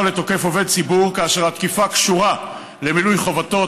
לתוקף עובד ציבור כאשר התקיפה קשורה למילוי חובתו,